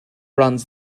runs